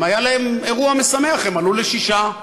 היה להם אירוע משמח, הם עלו לשישה.